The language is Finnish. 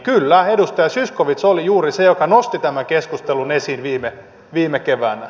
kyllä edustaja zyskowicz oli juuri se joka nosti tämän keskustelun esiin viime keväänä